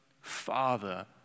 Father